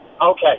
Okay